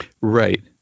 Right